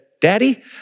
Daddy